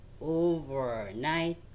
overnight